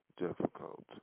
difficult